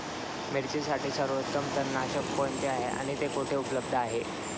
मिरचीसाठी सर्वोत्तम तणनाशक कोणते आहे आणि ते कुठे उपलब्ध आहे?